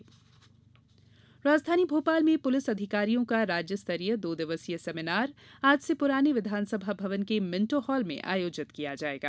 police seminar राजधानी भोपाल में police अधिकारियों की राज्य स्तरीय दो दिवसीय सेमीनार आज से पुराने विधानसभा भवन के मिण्टो हॉल में आयोजित किया जायेगा